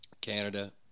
Canada